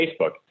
Facebook